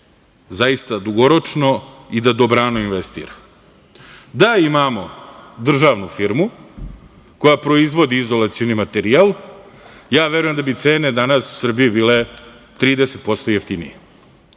zaista dugoročno i da dobrano investira. Da imamo državnu firmu koja proizvodi izolacioni materijal, verujem da bi cene danas u Srbiji bile 30% jeftinije.